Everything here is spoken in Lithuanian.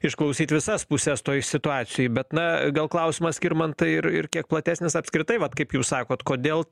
išklausyt visas puses toj situacijoj bet na gal klausimas skirmantai ir ir kiek platesnis apskritai vat kaip jūs sakot kodėl